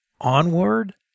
onward